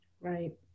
Right